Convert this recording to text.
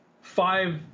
five